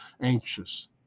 anxious